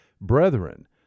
Brethren